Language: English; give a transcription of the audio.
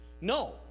No